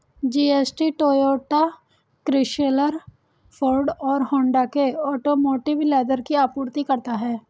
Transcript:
GST Toyota, Chrysler, Ford और Honda के automotive leather की आपूर्ति करता है